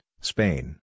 Spain